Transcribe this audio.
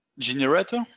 generator